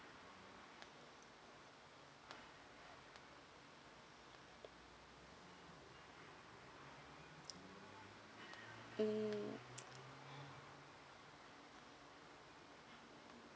mm